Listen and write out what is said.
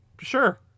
Sure